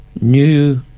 new